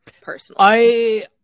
personally